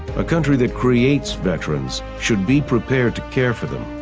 a country that creates veterans should be prepared to care for them.